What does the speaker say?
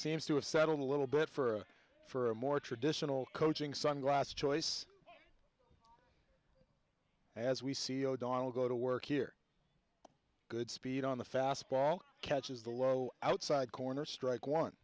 seems to have settled a little bit for for a more traditional coaching sunglass choice as we see o'donnell go to work here good speed on the fastball catches the low outside corner strike one